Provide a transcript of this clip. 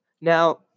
Now